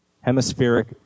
Hemispheric